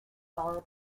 followed